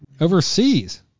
Overseas